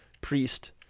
priest